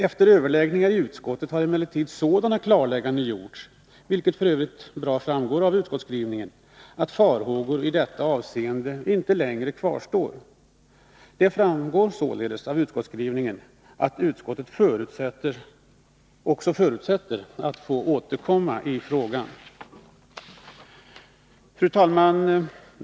Efter överläggning i utskottet har emellertid sådana klarlägganden gjorts — vilket f. ö. framgår klart av utskottsskrivningen — att farhågor i detta avseende inte längre kvarstår. Det framgår således av utskottsskrivningen att utskottet också förutsätter att vi får återkomma i frågan. Fru talman!